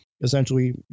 essentially